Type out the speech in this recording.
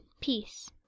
peace